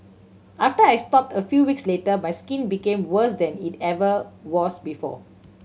after I stopped a few weeks later my skin became worse than it ever was before